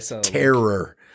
terror